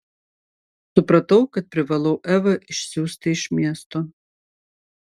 supratau kad privalau evą išsiųsti iš miesto